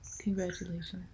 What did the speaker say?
Congratulations